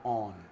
on